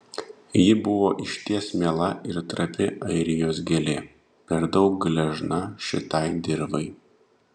ji buvo išties miela ir trapi airijos gėlė per daug gležna šitai dirvai